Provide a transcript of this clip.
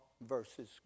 versus